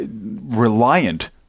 reliant